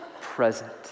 present